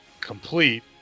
complete